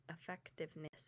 effectiveness